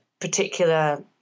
particular